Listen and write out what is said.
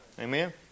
Amen